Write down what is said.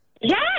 Yes